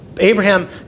Abraham